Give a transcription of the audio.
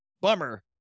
bummer